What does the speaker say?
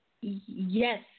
Yes